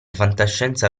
fantascienza